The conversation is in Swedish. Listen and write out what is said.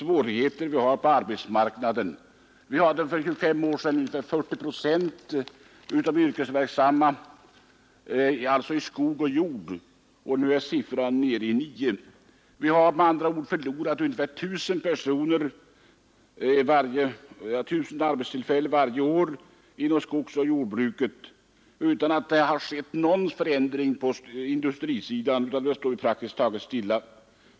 Vi hade för 25 år sedan ungefär 40 procent av de yrkesverksamma i skogsoch jordbruk, och nu är siffran 9. Vi har med andra ord förlorat ungefär 1 000 arbetstillfällen varje år inom skogsoch jordbruk utan att det har skett någon förändring på industrisidan — där har det stått praktiskt taget stilla.